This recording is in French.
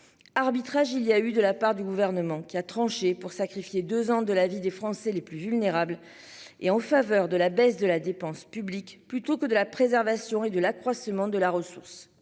Arbitrage il y a eu de la part du gouvernement qui a tranché pour sacrifier 2 ans de la vie des Français les plus vulnérables et en faveur de la baisse de la dépense publique plutôt que de la préservation et de l'accroissement de la ressource.